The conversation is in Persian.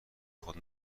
خود